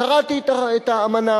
קראתי את האמנה.